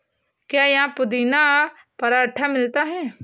क्या यहाँ पुदीना पराठा मिलता है?